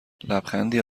لبخندی